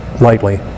lightly